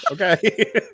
Okay